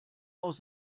aus